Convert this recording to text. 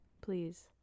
please